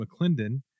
McClendon